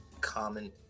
common